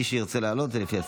מי שרוצה לעלות, זה לפי הסדר.